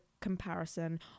comparison